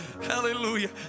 Hallelujah